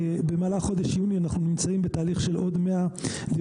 במהלך חודש יוני אנחנו נמצאים בתהליך רכישה של עוד 100 דירות